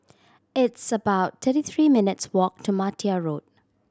it's about thirty three minutes' walk to Martia Road